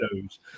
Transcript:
shows